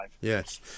Yes